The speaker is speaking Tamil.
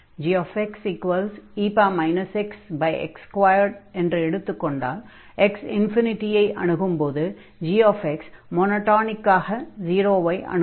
gxe xx2 என்று எடுத்துக்கொண்டால் x ∞ ஐ அணுகும்போது gx மொனொடானிக்காக 0 ஐ அணுகும்